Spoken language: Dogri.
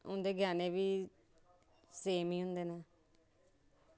उंदे गैह्ने बी सेम ई होंदे न